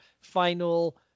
final